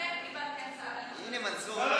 אצלכם קיבלתי הצעה לשריון, הינה מנסור,